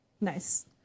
Nice